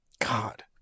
God